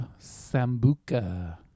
sambuca